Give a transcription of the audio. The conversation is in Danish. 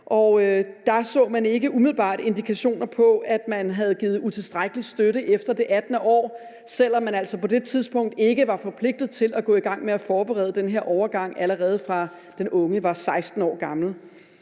og der så man ikke umiddelbart indikationer på, at man havde givet utilstrækkelig støtte efter det 18. år, selv om man altså på det tidspunkt ikke var forpligtet til at gå i gang med at forberede den her overgang, allerede fra den unge var 16 år gammel.